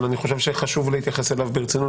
אבל אני חושב שחשוב להתייחס אליו ברצינות,